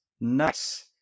Nice